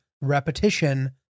repetition